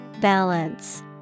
Balance